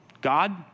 God